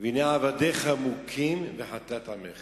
והנה עבדיך מכים וחטאת עמך"